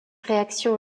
réaction